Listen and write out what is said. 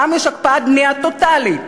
שם יש הקפאת בנייה טוטלית,